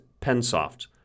PenSoft